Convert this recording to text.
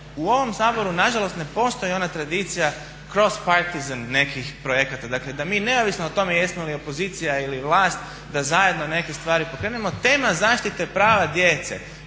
u ovom Saboru nažalost ne postoji ona tradicija cross-partisan nekih projekta. Dakle da mi neovisno o tome jesmo li opozicija ili vlast da zajedno neke stvari pokrenemo. Tema zaštite prava djece